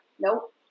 Nope